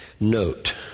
Note